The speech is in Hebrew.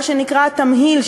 מה שנקרא תמהיל,